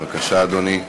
בבקשה, אדוני.